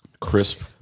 Crisp